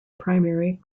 primary